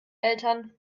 eltern